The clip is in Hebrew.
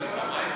את יכולה להעביר.